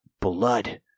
blood